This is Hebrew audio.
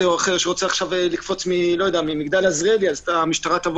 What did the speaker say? שרוצה לקפוץ ממגדל - המשטרה תבוא